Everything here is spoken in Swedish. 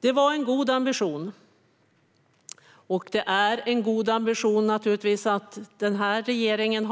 Det var en god ambition. Och det är en god ambition att den här regeringen,